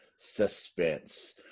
Suspense